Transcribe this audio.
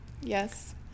Yes